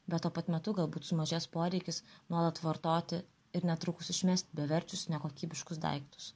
bet tuo pat metu galbūt sumažės poreikis nuolat vartoti ir netrukus išmest beverčius nekokybiškus daiktus